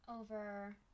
over